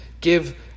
give